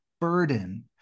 burden